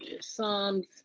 Psalms